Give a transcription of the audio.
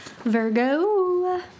Virgo